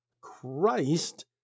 Christ